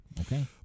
okay